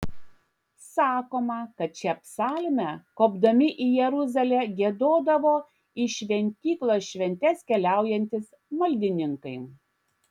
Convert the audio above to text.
sakoma kad šią psalmę kopdami į jeruzalę giedodavo į šventyklos šventes keliaujantys maldininkai